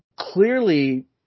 Clearly